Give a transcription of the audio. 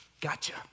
gotcha